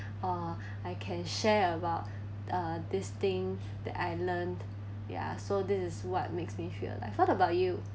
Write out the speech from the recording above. or I can share about uh this thing that I learnt ya so this is what makes me feel alive what about you